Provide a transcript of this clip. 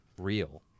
real